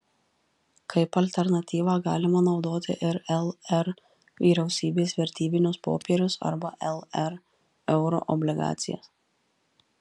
kaip alternatyvą galima naudoti ir lr vyriausybės vertybinius popierius arba lr euroobligacijas